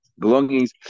belongings